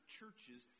churches